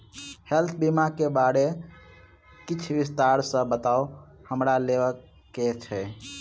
Health बीमा केँ बारे किछ विस्तार सऽ बताउ हमरा लेबऽ केँ छयः?